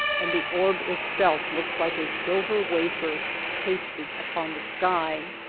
and the orb itself looks like a silver wafer pasted upon the sky.